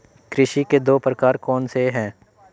कृषि के दो प्रकार कौन से हैं?